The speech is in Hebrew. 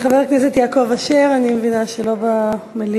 חבר הכנסת יעקב אשר, אני מבינה שהוא לא במליאה.